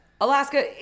Alaska